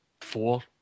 four